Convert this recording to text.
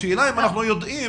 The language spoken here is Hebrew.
השאלה אם אנחנו יודעים